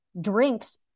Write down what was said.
drinks